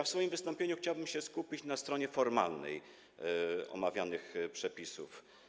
W swoim wystąpieniu chciałbym się skupić na stronie formalnej omawianych przepisów.